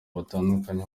batandukanye